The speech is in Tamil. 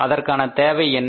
அதற்கான தேவை என்ன